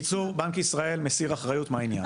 בקיצור, בנק ישראל מסיר אחריות מהעניין.